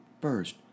first